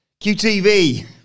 QTV